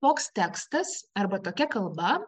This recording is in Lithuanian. toks tekstas arba tokia kalba